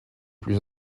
plus